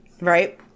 right